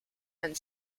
and